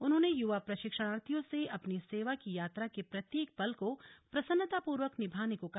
उन्होंने युवा प्रशिक्षणार्थियों से अपनी सेवा की यात्रा के प्रत्येक पल को प्रसन्नता पूर्वक निभाने को कहा